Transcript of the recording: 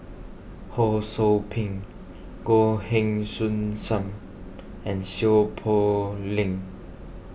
Ho Sou Ping Goh Heng Soon Sam and Seow Poh Leng